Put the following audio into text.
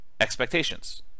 expectations